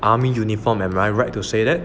army uniform am I right to say that